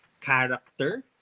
character